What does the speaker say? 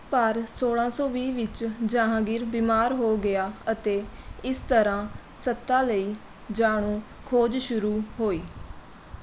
ਪਰ ਸੋਲ੍ਹਾਂ ਸੌ ਵੀਹ ਵਿੱਚ ਜਹਾਂਗੀਰ ਬਿਮਾਰ ਹੋ ਗਿਆ ਅਤੇ ਇਸ ਤਰ੍ਹਾਂ ਸੱਤਾ ਲਈ ਜਾਣੂ ਖੋਜ ਸ਼ੁਰੂ ਹੋਈ